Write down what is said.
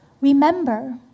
remember